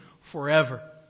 forever